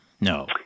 No